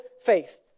faith